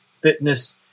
fitness